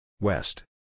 West